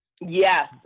Yes